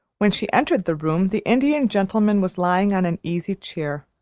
when she entered the room the indian gentleman was lying on an easy chair,